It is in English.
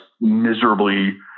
miserably